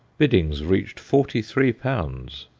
biddings reached forty-three pounds,